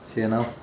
sian orh